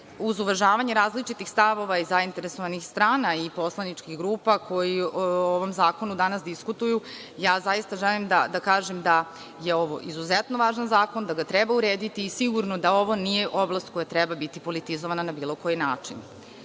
Uz uvažavanje različitih stavova i zainteresovanih strana i poslaničkih grupa koji o ovom zakonu danas diskutuju, ja zaista želim da kažem da je ovo izuzetno važan zakon, da ga treba urediti i sigurno da ovo nije oblast koja treba biti politizovana na bilo koji način. Još